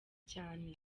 cyane